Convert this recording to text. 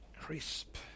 Crisp